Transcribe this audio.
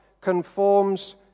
conforms